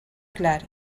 clar